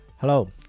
Hello